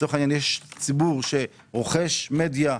יש ציבור שרוכש מדיה,